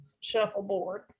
shuffleboard